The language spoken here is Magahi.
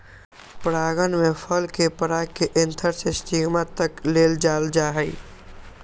परागण में फल के पराग के एंथर से स्टिग्मा तक ले जाल जाहई